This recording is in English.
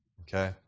Okay